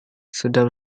sudah